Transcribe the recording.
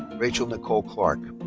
rachel nicole clark.